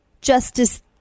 justice